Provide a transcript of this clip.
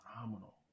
phenomenal